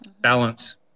balance